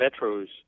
metros